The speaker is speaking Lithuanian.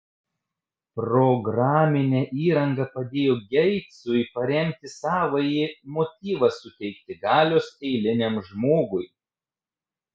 programinė įranga padėjo geitsui paremti savąjį motyvą suteikti galios eiliniam žmogui